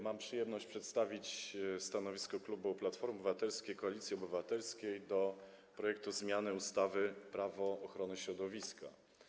Mam przyjemność przedstawić stanowisko klubu Platformy Obywatelskiej - Koalicji Obywatelskiej wobec projektu zmiany ustawy Prawo ochrony środowiska.